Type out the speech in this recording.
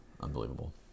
unbelievable